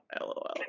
LOL